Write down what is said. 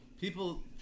People